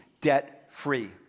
debt-free